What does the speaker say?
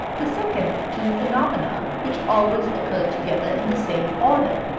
the second of two phenomena which always occur together in the same order.